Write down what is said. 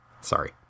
Sorry